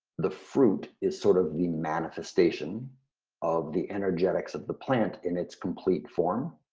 the fruit is sort of the manifestation of the energetics of the plant in its complete form,